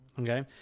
Okay